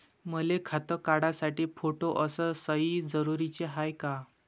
मले खातं काढासाठी फोटो अस सयी जरुरीची हाय का?